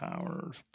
Powers